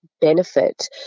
benefit